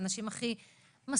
האנשים הכי משכילים,